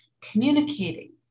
communicating